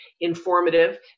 informative